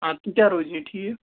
اَدٕ تِتہِ ہہ روزی ٹھیٖک